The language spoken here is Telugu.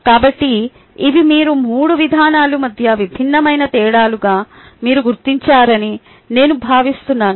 కాబట్టి ఇవి మీరు మూడు విధానాల మధ్య విభిన్నమైన తేడాలుగా మీరు గుర్తించారని నేను భావిస్తున్నాను